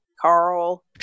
Carl